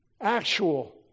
actual